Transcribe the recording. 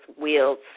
wheels